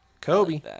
Kobe